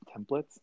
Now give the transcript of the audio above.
templates